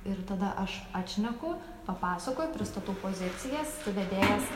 ir tada aš atšneku papasakoju pristatau pozicijas tu vedėjas